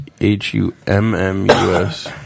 H-U-M-M-U-S